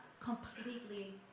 completely